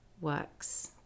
works